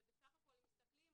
ובסך הכול אם מסתכלים,